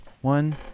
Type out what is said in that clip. One